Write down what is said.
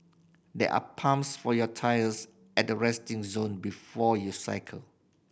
there are pumps for your tyres at the resting zone before you cycle